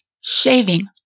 shaving